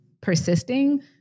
persisting